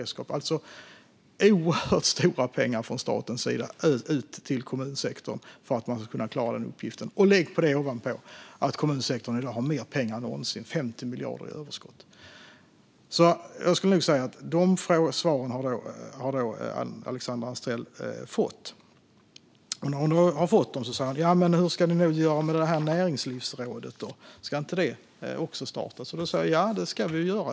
Det är alltså oerhört stora pengar från statens sida som går ut till kommunsektorn för att man ska kunna klara den uppgiften. Lägg ovanpå det att kommunsektorn i dag har mer pengar än någonsin, 50 miljarder i överskott! Jag skulle nog säga att Alexandra Anstrell har fått de svaren. När hon nu har fått dem säger hon: Ja, men hur ska ni göra med näringslivsrådet? Ska inte det startas? Då säger jag: Jo, det ska det.